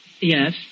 Yes